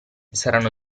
saranno